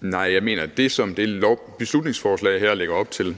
Nej, jeg mener, at det, som det beslutningsforslag her lægger op til,